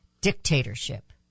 Dictatorship